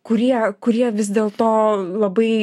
kurie kurie vis dėlto labai